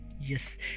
Yes